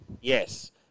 Yes